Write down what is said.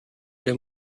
der